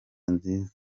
nziza